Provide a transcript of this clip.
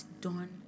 done